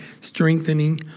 strengthening